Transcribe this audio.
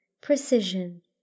precision